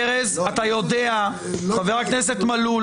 ארז, אתה יודע, חבר הכנסת מלול